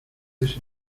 ese